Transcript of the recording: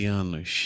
anos